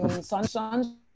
sunshine